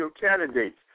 candidates